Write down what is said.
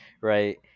right